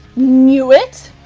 knew it?